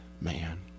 man